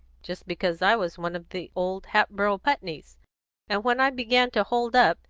just because i was one of the old hatboro' putneys and when i began to hold up,